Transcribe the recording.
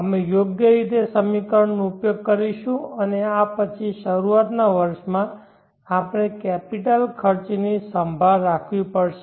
અમે યોગ્ય રીતે સમીકરણોનો ઉપયોગ કરીશું અને પછી શરૂઆતના વર્ષમાં આપણે કેપિટલ ખર્ચની સંભાળ રાખવી પડશે